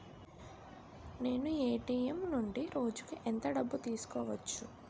నేను ఎ.టి.ఎం నుండి రోజుకు ఎంత డబ్బు తీసుకోవచ్చు?